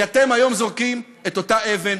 כי אתם היום זורקים את אותה אבן,